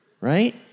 right